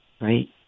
Right